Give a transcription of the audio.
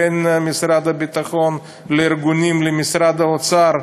בין משרד הביטחון לארגונים למשרד האוצר,